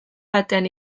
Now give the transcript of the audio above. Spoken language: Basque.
batean